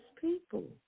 people